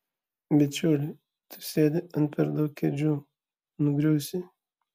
bičiuli tu sėdi ant per daug kėdžių nugriūsi